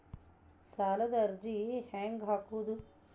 ಸಾಲದ ಅರ್ಜಿ ಹೆಂಗ್ ಹಾಕುವುದು?